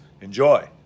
Enjoy